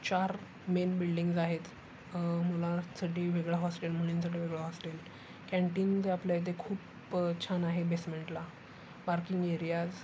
चार main buildings आहेत मुलांसाठी वेगळं हॉस्टेल मुलींसाठी वेगळं हॉस्टेल कॅन्टीन जे आपल्या इथे खूप छान आहे बेसमेंटला पार्किंग एरियाज